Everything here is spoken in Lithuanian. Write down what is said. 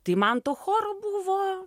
tai man to choro buvo